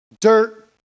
Dirt